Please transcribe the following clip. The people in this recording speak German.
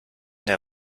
der